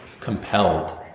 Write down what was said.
compelled